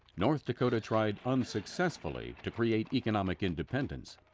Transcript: north dakota tried unsuccessfully to create economic independence.